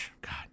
God